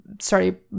Sorry